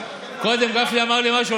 קודם גפני אמר לי משהו.